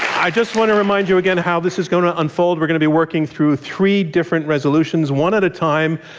i just want to remind you again of how this is going to unfold. we're going to be working through three different resolutions one at a time.